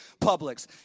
Publix